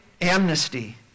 amnesty